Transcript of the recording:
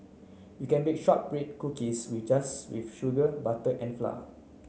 you can bake shortbread cookies we just with sugar butter and flour